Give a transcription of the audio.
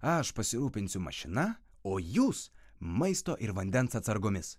aš pasirūpinsiu mašina o jūs maisto ir vandens atsargomis